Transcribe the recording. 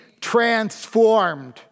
transformed